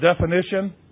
definition